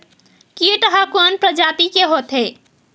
कीट ह कोन प्रजाति के होथे?